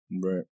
Right